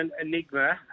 enigma